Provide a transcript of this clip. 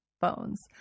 phones